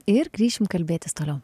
ir grįšim kalbėtis toliau